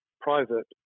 private